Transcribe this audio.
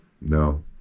No